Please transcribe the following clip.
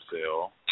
cell